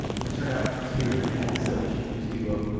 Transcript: which turned out to be really bad, so you should use duo,